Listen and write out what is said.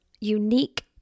unique